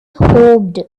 hoped